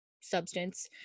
substance